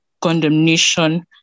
condemnation